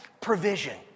provision